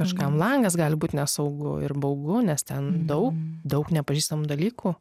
kažkam langas gali būt nesaugu ir baugu nes ten daug daug nepažįstamų dalykų